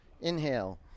inhale